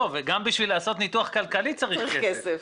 גם בשביל לעשות ניתוח כלכלי צריך כסף.